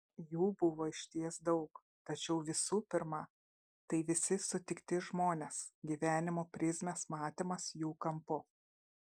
jų buvo išties daug tačiau visų pirma tai visi sutikti žmonės gyvenimo prizmės matymas jų kampu